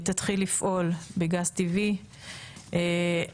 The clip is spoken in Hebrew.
תתחיל לפעול בגז טבעי במהלך החודש הקרוב.